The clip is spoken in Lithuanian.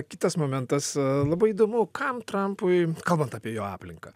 kitas momentas labai įdomu kam trampui kalbant apie jo aplinką